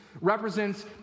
Represents